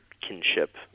kinship